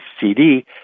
CD